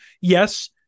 Yes